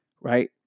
right